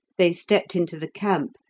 they stepped into the camp,